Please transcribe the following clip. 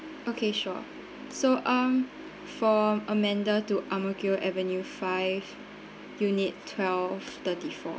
okay sure so um for amanda to ang mo kio avenue five unit twelve thirty four